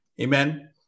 Amen